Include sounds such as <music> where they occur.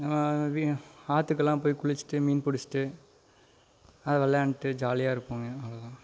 <unintelligible> ஆற்றுக்கலாம் போய் குளிச்சிவிட்டு மீன் பிடிஷ்ட்டு அது விளாண்ட்டு ஜாலியாக இருப்பங்க அவ்வளோ தான்